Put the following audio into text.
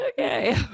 Okay